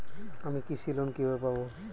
আমি কৃষি লোন কিভাবে পাবো?